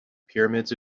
pyramids